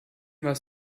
was